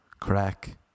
crack